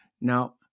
Now